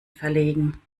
verlegen